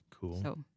Cool